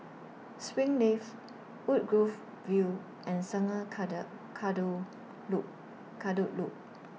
Springleaf Woodgrove View and Sungei Kadut Loop Kadut Loop